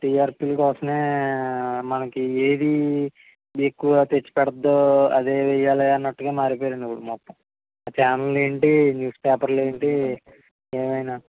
టీఆర్పీల కోసమే మనకి ఏది ఎక్కువ తెచ్చిపెడద్దో అదే వెయ్యాలి అన్నట్టుగా మారిపోయారండి ఇప్పుడు మొత్తం ఛానళ్లేంటి న్యూస్ పేపర్లేంటి ఏవైనా